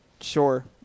Sure